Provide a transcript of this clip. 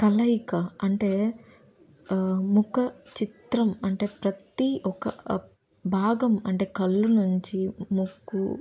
కలయిక అంటే ముఖ చిత్రం అంటే ప్రతీ ఒక భాగం అంటే కళ్ళు నుంచి ముక్కు